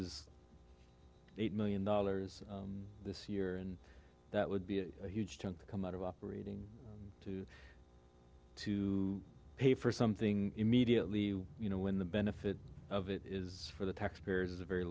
is eight million dollars this year and that would be a huge chunk to come out of operating to to pay for something immediately you know when the benefit of it is for the taxpayers a very